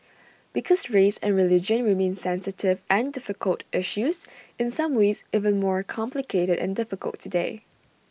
because race and religion remain sensitive and difficult issues in some ways even more complicated and difficult today